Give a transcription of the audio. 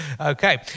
Okay